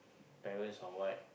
parents or what